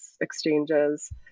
exchanges